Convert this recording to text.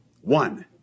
One